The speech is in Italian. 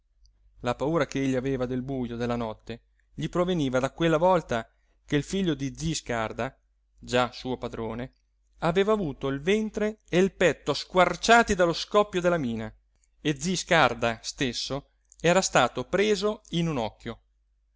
la paura che egli aveva del bujo della notte gli proveniva da quella volta che il figlio di zi scarda già suo padrone aveva avuto il ventre e il petto squarciati dallo scoppio della mina e zi scarda stesso era stato preso in un occhio